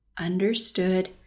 understood